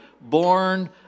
born